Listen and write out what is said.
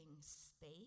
space